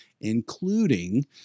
including